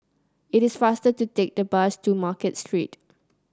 it is faster to take the bus to Market Street